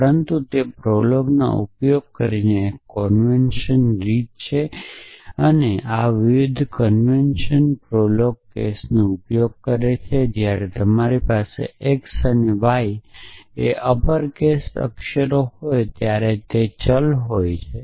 પરંતુ તે પ્રોલોગનો ઉપયોગ કરીને એક કોન્વેનશન રીત છે આ વિવિધ કન્વેશન પ્રોલોગ કેસનો ઉપયોગ કરે છે કે જ્યારે તમારી પાસે x અને y અપરકેસ અક્ષરો હોય ત્યારે તે ચલ હોય છે